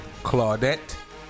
Claudette